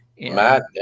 Matt